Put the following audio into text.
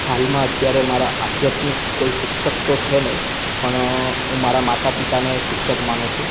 હાલમાં અત્યારે મારા આધ્યાત્મિક કોઈ શિક્ષક તો છે નહીં પણ હું મારાં માતા પિતાને શિક્ષક માનું છું